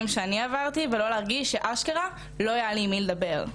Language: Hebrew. שאני עברתי ולא להרגיש שממש לא היה לי עם מי לדבר.